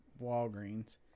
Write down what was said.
walgreens